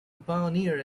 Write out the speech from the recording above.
pioneer